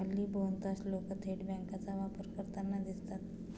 हल्ली बहुतांश लोक थेट बँकांचा वापर करताना दिसतात